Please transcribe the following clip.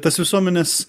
tas visuomenės